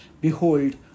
behold